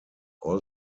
riley